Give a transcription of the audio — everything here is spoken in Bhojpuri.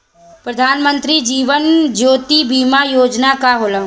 प्रधानमंत्री जीवन ज्योति बीमा योजना का होला?